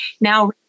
now